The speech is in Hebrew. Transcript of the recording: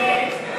מי